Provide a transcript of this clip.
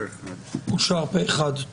אושר פה אחד.